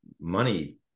money